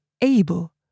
able